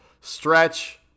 stretch